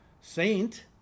saint